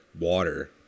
water